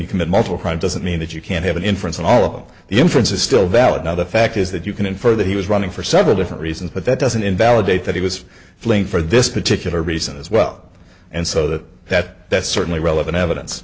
commit multiple crime doesn't mean that you can't have an inference and all the inference is still valid now the fact is that you can infer that he was running for several different reasons but that doesn't invalidate that he was feeling for this particular reason as well and so that that that's certainly relevant evidence